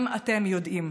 גם אתם יודעים,